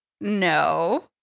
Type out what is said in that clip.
no